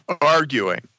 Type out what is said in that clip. arguing